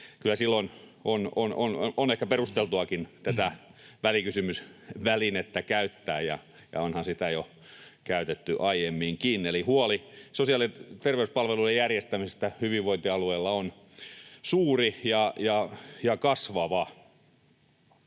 kyllä silloin on ehkä perusteltuakin tätä välikysymysvälinettä käyttää, ja onhan sitä jo käytetty aiemminkin. Huoli sosiaali- ja terveyspalveluiden järjestämisestä hyvinvointialueilla on suuri ja kasvava.